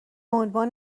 عنوان